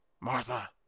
Martha